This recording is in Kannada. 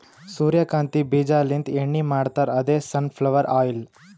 ಸೂರ್ಯಕಾಂತಿ ಬೀಜಾಲಿಂತ್ ಎಣ್ಣಿ ಮಾಡ್ತಾರ್ ಅದೇ ಸನ್ ಫ್ಲವರ್ ಆಯಿಲ್